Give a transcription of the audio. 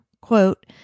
Quote